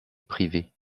privé